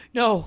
no